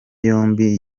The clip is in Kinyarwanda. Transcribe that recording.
yombi